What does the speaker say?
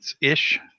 ish